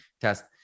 test